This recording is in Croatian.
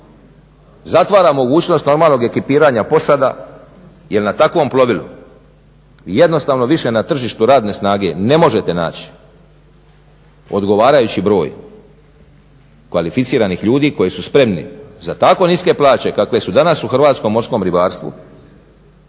zatvara mogućnost normalnog ekipiranja posada jer na takvom plovilu jednostavno više na tržištu radne snage ne možete naći odgovarajući broj kvalificiranih ljudi koji su spremni za tako niske plaće kakve su danas u hrvatskom morskom ribarstvu